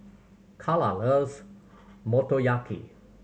Karla loves Motoyaki